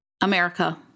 America